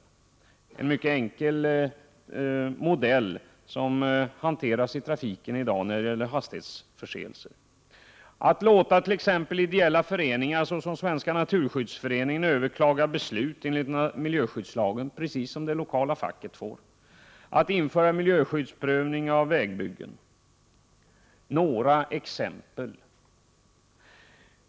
Det är en mycket enkel modell som i dag används när det gäller hastighetsförseelser i trafiken. Man bör låta ideella föreningar, som exempelvis Svenska naturskyddsföreningen, få möjlighet att överklaga beslut enligt miljöskyddslagen, precis som den lokala fackföreningen har rätt till, och man bör införa miljöskyddsprövning när det gäller vägbyggen. Detta var några exempel.